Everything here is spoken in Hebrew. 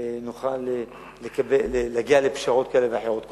נוכל להגיע לפשרות כאלו ואחרות.